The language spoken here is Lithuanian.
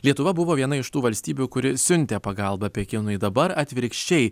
lietuva buvo viena iš tų valstybių kuri siuntė pagalbą pekinui dabar atvirkščiai